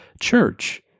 church